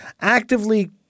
actively